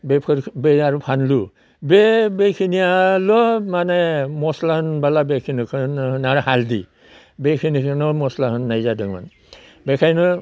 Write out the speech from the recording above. बेफोर बै आरो फानलु बे बेखिनियाल' माने मस्ला होनब्ला बेखिनिखोनो होनो आरो हालदि बेखिनिखोनो मस्ला होननाय जादोंमोन बेखायनो